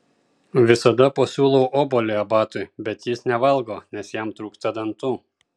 visada pasiūlau obuolį abatui bet jis nevalgo nes jam trūksta dantų